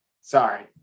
Sorry